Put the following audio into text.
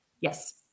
Yes